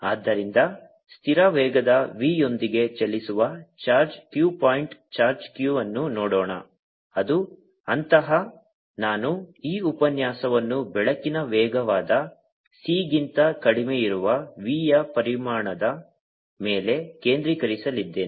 ಆದ್ದರಿಂದ ಸ್ಥಿರ ವೇಗದ v ಯೊಂದಿಗೆ ಚಲಿಸುವ charge q point charge q ಅನ್ನು ನೋಡೋಣ ಅದು ಅಂತಹ ನಾನು ಈ ಉಪನ್ಯಾಸವನ್ನು ಬೆಳಕಿನ ವೇಗವಾದ c ಗಿಂತ ಕಡಿಮೆಯಿರುವ v ಯ ಪರಿಮಾಣದ ಮೇಲೆ ಕೇಂದ್ರೀಕರಿಸಲಿದ್ದೇನೆ